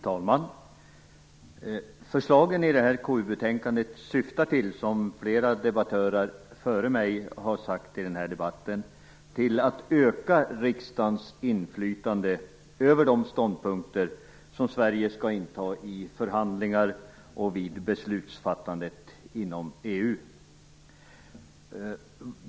Fru talman! Förslagen i detta KU-betänkande syftar till, som flera debattörer före mig har sagt i den här debatten, att öka riksdagens inflytande över de ståndpunkter som Sverige skall inta i förhandlingar och vid beslutsfattandet inom EU.